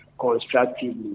constructively